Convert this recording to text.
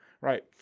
Right